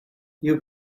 you